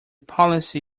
policy